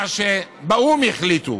ממה שבאו"ם החליטו